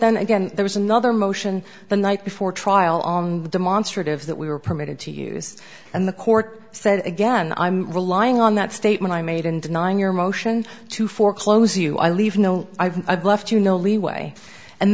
then again there was another motion the night before trial on the demonstrative that we were permitted to use and the court said again i'm relying on that statement i made in denying your motion to foreclose you i leave no i've left you no leeway and